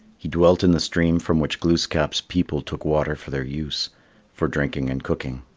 he dwelt in the stream from which glooskap's people took water for their use for drinking and cooking.